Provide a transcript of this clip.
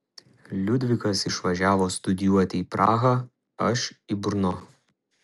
liudvikas išvažiavo studijuoti į prahą aš į brno